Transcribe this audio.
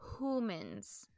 Humans